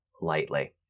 lightly